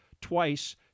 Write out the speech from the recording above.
Twice